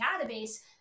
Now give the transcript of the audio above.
database